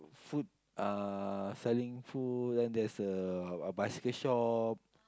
food uh selling food then there's a a bicycle shop